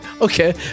Okay